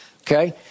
Okay